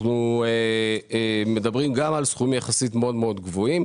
אנחנו מדברים גם על סכומים יחסית מאוד מאוד גבוהים,